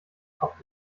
kopf